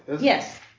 Yes